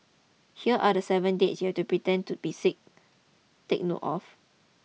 here are the seven dates you have to pretend to be sick take note of